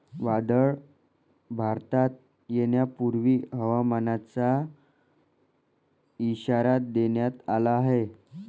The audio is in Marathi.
वादळ भारतात येण्यापूर्वी हवामानाचा इशारा देण्यात आला आहे